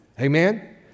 Amen